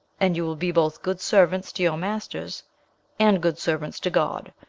and you will be both good servants to your masters and good servants to god,